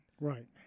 right